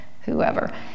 whoever